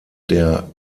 der